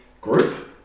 Group